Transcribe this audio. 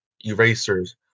erasers